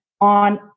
on